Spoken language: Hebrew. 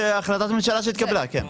החלטת ממשלה שהתקבלה, כן.